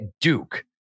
duke